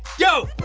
go!